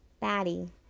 Batty